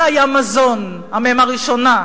זה היה מזון, המ"ם הראשונה.